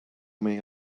may